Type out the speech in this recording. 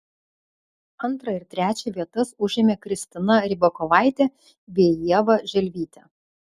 antrą ir trečią vietas užėmė kristina rybakovaitė bei ieva želvytė